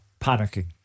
panicking